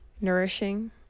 nourishing